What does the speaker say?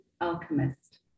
alchemist